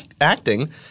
acting